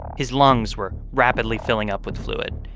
his lungs were rapidly filling up with fluid.